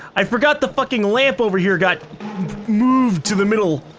i forgot the fucking lamp over here got moved to the middle.